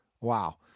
Wow